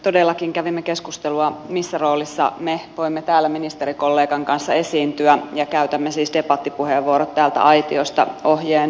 todellakin kävimme keskustelua siitä missä roolissa me voimme täällä ministerikollegan kanssa esiintyä ja käytämme siis debattipuheenvuorot täältä aitiosta ohjeen mukaisesti